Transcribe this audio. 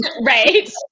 Right